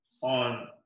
on